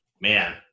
man